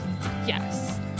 Yes